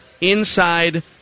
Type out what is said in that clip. inside